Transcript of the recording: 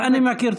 אני מכיר.